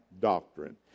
doctrine